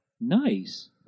Nice